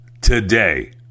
Today